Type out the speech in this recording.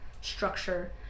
structure